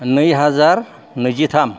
नै हाजार नैजि थाम